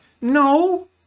No